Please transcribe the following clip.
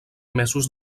mesos